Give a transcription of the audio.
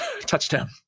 Touchdown